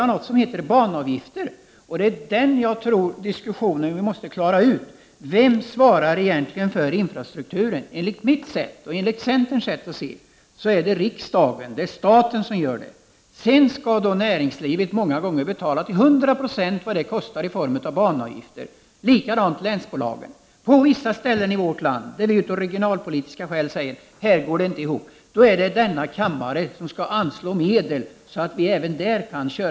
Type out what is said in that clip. Den fråga som vi enligt min mening nu måste få ett svar på är: Vem svarar egentligen för infrastrukturen? Enligt mitt och centerns sätt att se på detta är det riksdagen, staten, som har ansvaret. Sedan skall näringslivet många gånger betala till hundra procent vad transporterna kostar i form av banavgifter. Detta gäller även länsbolagen. De områden i vårt land där det inte går ihop ekonomiskt måste av denna kammare få sig tilldelade medel, så att trafiken kan fungera även där.